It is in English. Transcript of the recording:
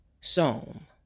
Psalm